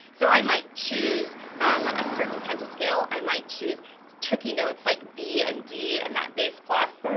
so i might choose a certain penta scale, i might choose tricky notes like b and d and that bass clef.